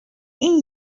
این